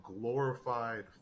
glorified